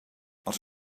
els